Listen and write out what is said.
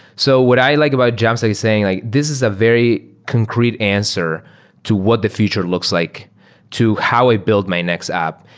so what i like about jamstack is saying like, this is a very concrete answer to what the future looks like to how i build my next app.